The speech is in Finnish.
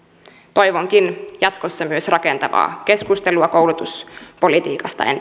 toivonkin jatkossa myös rakentavaa keskustelua koulutuspolitiikasta entistä